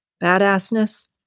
Badassness